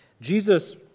Jesus